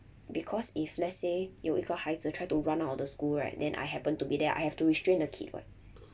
because if let's say 有一个孩子 try to run out of the school right then I happened to be there I have to restrain the kid [what]